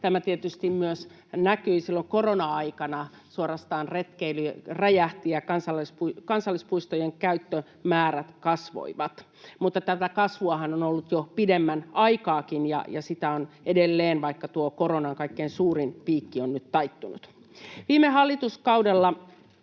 Tämä tietysti myös näkyi silloin korona-aikana: suorastaan retkeily räjähti, ja kansallispuistojen käyttömäärät kasvoivat. Mutta tätä kasvuahan on ollut jo pidemmän aikaakin, ja sitä on edelleen, vaikka tuo koronan kaikkein suurin piikki on nyt taittunut. Viime hallituskaudella